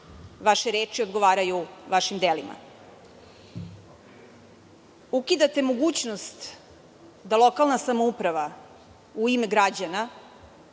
vaše reči odgovaraju vašim delima. Ukidate mogućnost da lokalna samouprava, u ime građana,